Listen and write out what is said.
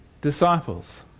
disciples